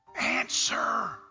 answer